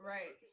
Right